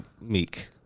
Meek